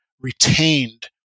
retained